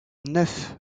neuf